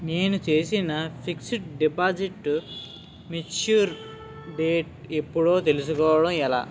నేను చేసిన fixed deposit mature date ఎప్పుడో తెల్సుకోవడం ఎలా?